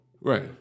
right